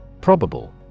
Probable